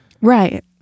right